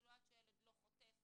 כאילו עד שהילד לא חוטף